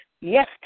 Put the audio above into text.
yes